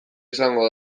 izango